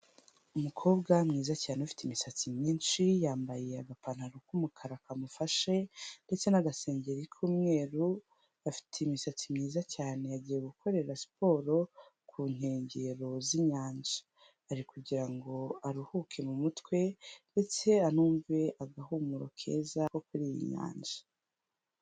Umukobwa mwiza cyane ufite imisatsi myinshi, yambaye agapantaro k'umukara kamufashe ndetse n'agasengeri k'umweru, afite imisatsi myiza cyane yagiye gukorera siporo ku nkengero z'inyanja. Ari kugira ngo aruhuke mu mutwe ndetse anumve agahumuro keza ko kuri iyi nyanja.